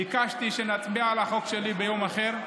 ביקשתי שנצביע על החוק שלי ביום אחר,